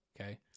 Okay